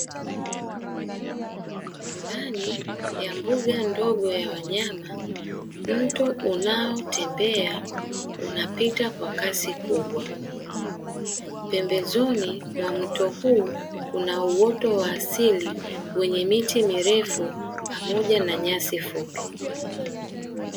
Ndani ya mbuga ndogo ya wanyama, mto unaotembea unapita kwa kasi kubwa, pembezoni mwa mto huu kuna uoto wa asili wenye miti mirefu pamoja na nyasi fupi.